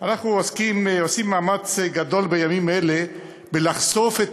אנחנו עושים מאמץ גדול בימים אלו לחשוף את